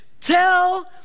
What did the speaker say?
Tell